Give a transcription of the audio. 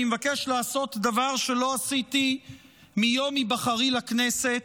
אני מבקש לעשות דבר שלא עשיתי מיום היבחרי לכנסת,